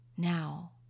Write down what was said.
Now